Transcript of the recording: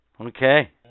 Okay